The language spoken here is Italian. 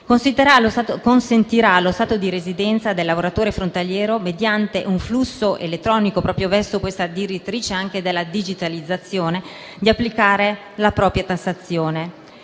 consentirà allo Stato di residenza del lavoratore frontaliero, mediante un flusso elettronico, proprio verso la direttrice della digitalizzazione, di applicare la propria tassazione.